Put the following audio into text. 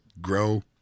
grow